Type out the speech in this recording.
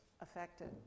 affected